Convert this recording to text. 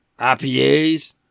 IPAs